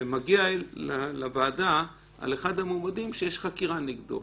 ומגיע לוועדה על אחד המועמדים שיש חקירה נגדו